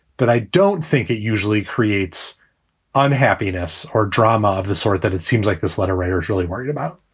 but i don't think it usually creates unhappiness or drama of the sort that it seems like this letter writers really worried about